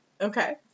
Okay